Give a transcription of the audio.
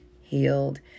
healed